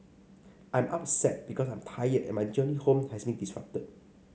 I'm upset because I'm tired and my journey home has been disrupted